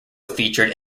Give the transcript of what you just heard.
featured